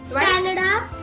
Canada